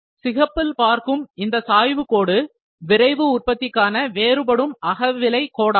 சிகப்பில் பார்க்கும் இந்த சாய்வு கோடு விரைவு உற்பத்திக்கான வேறுபடும் அகவிலை கோடாகும்